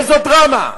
איזו דרמה?